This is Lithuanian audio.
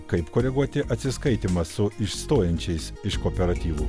kaip koreguoti atsiskaitymą su išstojančiais iš kooperatyvo